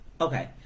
okay